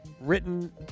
written